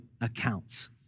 accounts